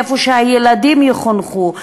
איפה הילדים יחונכו,